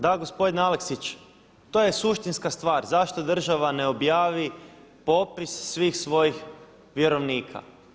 Da gospodine Aleksić, to je suštinska stvar zašto država ne objavi popis svih svojih vjerovnika.